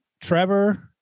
Trevor